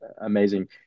amazing